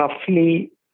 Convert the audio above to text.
roughly